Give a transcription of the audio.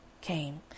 came